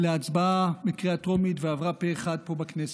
להצבעה בקריאה טרומית, ועברה פה אחד פה בכנסת,